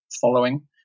following